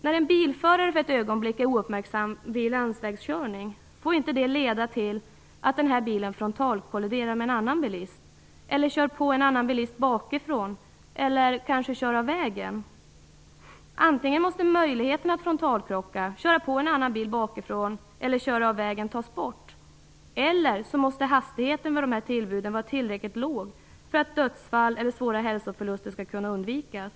När en bilförare för ett ögonblick är ouppmärksam vid landsvägskörning får inte detta leda till att bilen frontalkolliderar med en annan bil, kör på en annan bil bakifrån eller kanske kör av vägen. Antingen måste möjligheten att frontalkrocka, köra på en annan bil bakifrån eller köra av vägen tas bort, eller så måste hastigheten vid dessa tillbud vara tillräckligt låg för att dödsfall eller svåra hälsoförluster skall kunna undvikas.